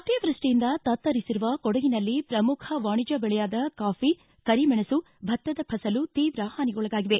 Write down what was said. ಅತಿವೃಷ್ಷಿಯಿಂದ ತತ್ತರಿಸಿರುವ ಕೊಡಗಿನಲ್ಲಿ ಪ್ರಮುಖ ವಾಣಿಜ್ಞ ಬೆಳೆಯಾದ ಕಾಫಿ ಕರಿಮೆಣಸು ಭತ್ತದ ಫಸಲು ತೀವ್ರ ಹಾನಿಗೊಳಗಾಗಿವೆ